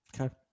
Okay